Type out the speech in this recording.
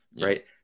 right